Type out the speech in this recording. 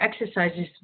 exercises